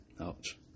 Ouch